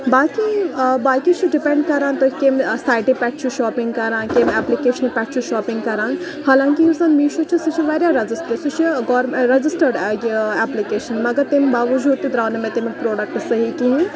باقٕے آ باقٕے چھُ ڈِپینٛڈ کَران تُہۍ کمہِ سایٹہِ پٮ۪ٹھ چھُ شاپِنٛگ کَران کمۍ اٮ۪پلِکیشنہٕ پٮ۪ٹھ چھُ شاپِنٛگ کَران حالانٛکہِ یُس زَن میٖشوٗ چھُ سُہ چھِ واریاہ رٮ۪جِسٹٲڈ سُہ چھِ گور رَجِسٹٲڈ ایپلِکیشَن مگر تمہِ باوَجوٗد تہِ درٛاو نہٕ مےٚ تَمیُک پرٛوڈَکٹہٕ صحیح کِہیٖنۍ